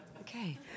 Okay